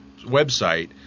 website